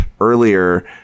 earlier